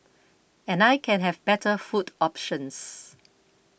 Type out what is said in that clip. and I can have better food options